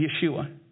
Yeshua